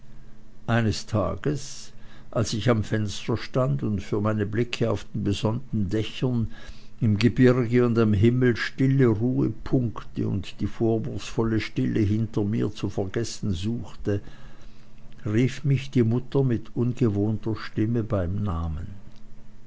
eines tages als ich am fenster stand und für meine blicke auf den besonnten dächern im gebirge und am himmel stille ruhepunkte und die vorwurfsvolle stube hinter mir zu vergessen suchte rief mich die mutter mit ungewohnter stimme beim namen